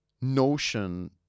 notion